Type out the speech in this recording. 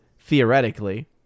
theoretically